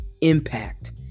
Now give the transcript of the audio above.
impact